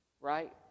Right